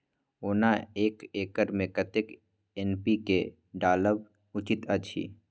ओना एक एकर मे कतेक एन.पी.के डालब उचित अछि?